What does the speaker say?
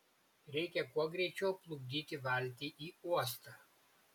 reikia kuo greičiau plukdyti valtį į uostą